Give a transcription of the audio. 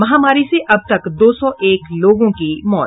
महामारी से अब तक दो सौ एक लोगों की मौत